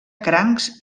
crancs